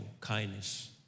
kindness